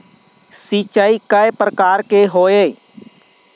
सिचाई कय प्रकार के होये?